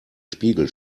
spiegel